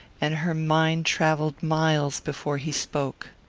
and her mind travelled miles before he spoke.